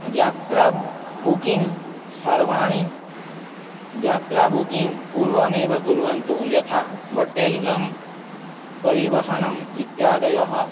यात्रायाः बुकिङ्ग् सर्वाणि यात्राबुक्किङ्ग् पूर्वमेव कुर्वन्तु यथा होटेल्लं परिवहनम् इत्यादयः